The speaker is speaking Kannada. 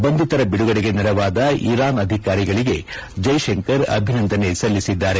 ಬಂಧಿತರ ಬಿಡುಗಡೆಗೆ ನೆರವಾದ ಇರಾನ್ನ ಅಧಿಕಾರಿಗಳಿಗೆ ಜೈಶಂಕರ್ ಅಭಿನಂದನೆ ಸಲ್ಲಿಸಿದ್ದಾರೆ